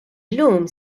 llum